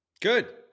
Good